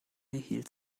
hielt